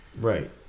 Right